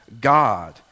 God